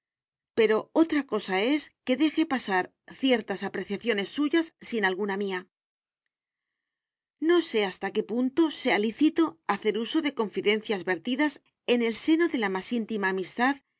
pero otra cosa es que deje pasar ciertas apreciaciones suyas sin alguna mía no sé hasta qué punto sea lícito hacer uso de confidencias vertidas en el seno de la más íntima amistad y